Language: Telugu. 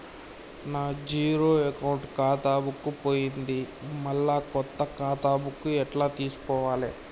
నా జీరో అకౌంట్ ఖాతా బుక్కు పోయింది మళ్ళా కొత్త ఖాతా బుక్కు ఎట్ల తీసుకోవాలే?